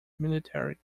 military